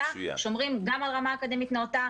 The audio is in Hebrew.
שומרים גם על רמה אקדמית נאותה,